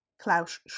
klaus